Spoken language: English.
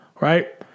right